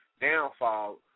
downfall